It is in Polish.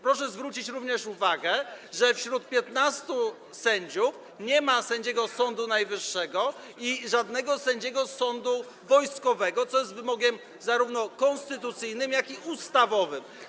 Proszę również zwrócić uwagę, że wśród 15 sędziów nie ma sędziego Sądu Najwyższego ani żadnego sędziego sądu wojskowego, co jest wymogiem zarówno konstytucyjnym, jak i ustawowym.